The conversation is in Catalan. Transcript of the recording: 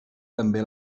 també